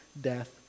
death